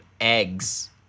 eggs